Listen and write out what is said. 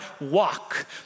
walk